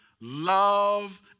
love